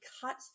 cut